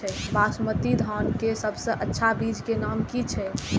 बासमती धान के सबसे अच्छा बीज के नाम की छे?